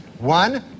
One